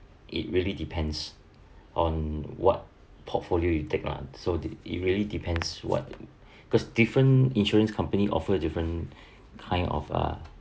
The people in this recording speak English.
it really depends on what portfolio you take lah so it really depends what cause different insurance company offer different kind of uh